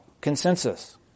consensus